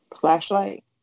flashlight